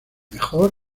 mejor